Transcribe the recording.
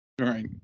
right